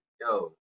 Yo